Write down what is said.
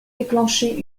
déclenché